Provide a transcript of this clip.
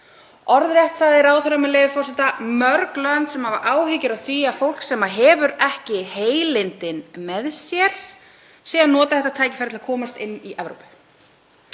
Orðrétt sagði ráðherrann, með leyfi forseta: „Mörg lönd sem hafa áhyggjur af því að fólk sem hefur ekki heilindin með sér sé að nota þetta tækifæri til að komast inn í Evrópu.“